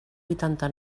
vuitanta